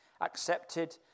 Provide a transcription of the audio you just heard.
accepted